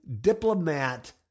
diplomat